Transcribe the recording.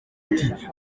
ati